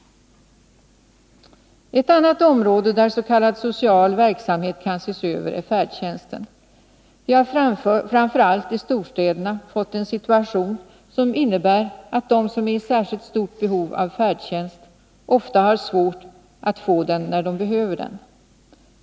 Ett annat område där s.k. social verksamhet kan ses över är färdtjänsten. Vi har framför allt i storstäderna fått en situation som innebär att de som är i särskilt stort behov av färdtjänst ofta har svårt att få den när de behöver den.